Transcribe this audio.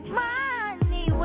money